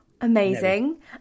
Amazing